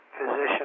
physician